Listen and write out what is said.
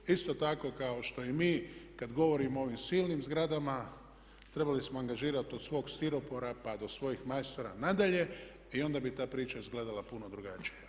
Isto tako kao što i mi kad govorimo o ovim silnim zgradama trebali smo angažirati od svog stiropora pa do svojih majstora nadalje i onda bi ta priča izgledala puno drugačije.